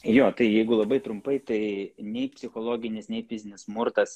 jo tai jeigu labai trumpai tai nei psichologinis nei fizinis smurtas